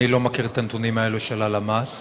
אני לא מכיר את הנתונים האלו של הלמ"ס,